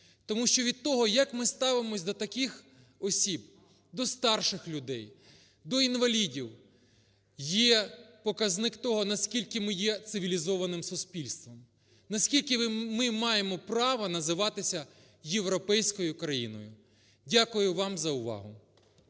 Тому що від того, як ми ставимося до таких осіб, до старших людей, до інвалідів, є показник того, наскільки ми є цивілізованим суспільством, наскільки ми маємо право називатися європейською країною. Дякую вам за увагу.